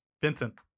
Vincent